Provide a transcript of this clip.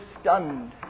stunned